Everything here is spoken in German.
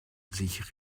sich